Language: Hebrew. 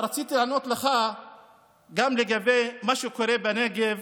רציתי לענות לך גם על מה שקורה בנגב